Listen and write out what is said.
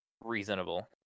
reasonable